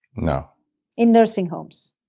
no in nursing homes